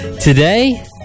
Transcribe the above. today